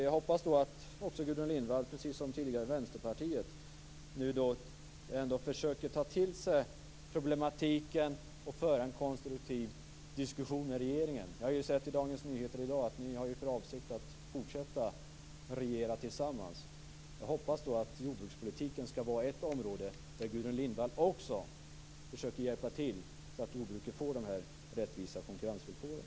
Jag hoppas att också Gudrun Lindvall, precis som tidigare Vänsterpartiet, ändå försöker ta till sig problematiken och föra en konstruktiv diskussion med regeringen. Jag har sett i Dagens Nyheter i dag att ni har för avsikt att fortsätta regera tillsammans. Jag hoppas då att jordbrukspolitiken skall vara ett område där Gudrun Lindvall också försöker hjälpa till så att jordbruket får de här rättvisa konkurrensvillkoren.